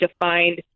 defined